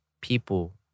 people